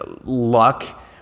luck